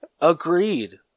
Agreed